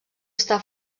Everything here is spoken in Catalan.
està